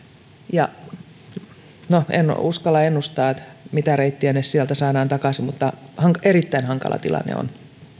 en uskalla ennustaa mitä reittiä ne sieltä saadaan takaisin mutta tilanne on erittäin hankala